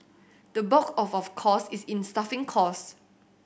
the bulk of our cost is in staffing costs